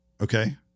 Okay